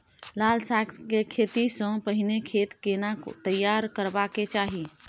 लाल साग के खेती स पहिले खेत केना तैयार करबा के चाही?